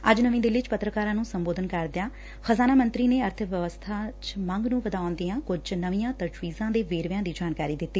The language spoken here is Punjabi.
ਅੱਜ ਨਵੀਂ ਦਿੱਲੀ ਚ ਪੱਤਰਕਾਰਾਂ ਨੂੰ ਸੰਬੋਧਨ ਕਰਦਿਆਂ ਖਜ਼ਾਨਾ ਮੰਤਰੀ ਨੇ ਅਰਬ ਵਿਵਸਬਾ ਚ ਮੰਗ ਨੁੰ ਵਧਾਉਣ ਦੀਆਂ ਕੁਝ ਨਵੀਆਂ ਤਜ਼ਵੀਜਾਂ ਦੇ ਵੇਰਵਿਆਂ ਦੀ ਜਾਣਕਾਰੀ ਦਿੱਤੀ